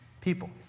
people